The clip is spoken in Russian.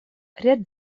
ряд